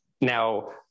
Now